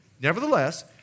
Nevertheless